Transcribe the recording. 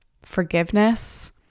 Forgiveness